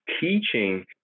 teaching